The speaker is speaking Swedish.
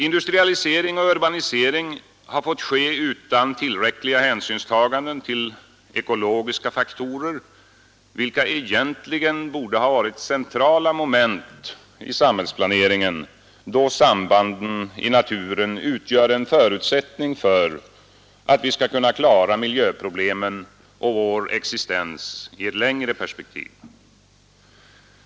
Industrialisering och urbanisering har fått ske utan tillräckligt hänsynstagande till ekologiska faktorer, vilka egentligen borde ha varit centrala moment i samhällsplaneringen, då sambanden i naturen utgör en förutsättning för att vi skall kunna klara miljöproblemen och vår existens i ett längre perspektiv.